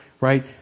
right